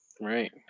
right